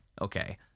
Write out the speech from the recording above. Okay